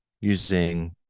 using